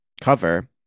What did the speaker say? cover